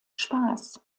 spaß